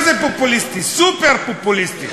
מה זה פופוליסטי, סופר-פופוליסטי.